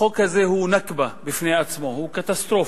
החוק הזה הוא "נכבה" בפני עצמה, הוא קטסטרופה,